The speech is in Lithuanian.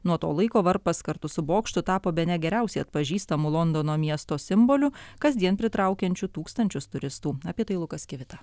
nuo to laiko varpas kartu su bokštu tapo bene geriausiai atpažįstamu londono miesto simboliu kasdien pritraukiančiu tūkstančius turistų apie tai lukas kivita